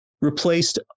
replaced